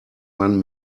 man